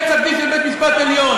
פסק-דין של בג"ץ הוא פסק-דין של בג"ץ תמיד,